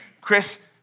Chris